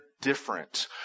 different